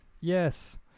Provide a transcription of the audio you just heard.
Yes